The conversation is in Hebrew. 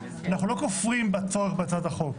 אנחנו לא כופרים בצורך בהצעת החוק.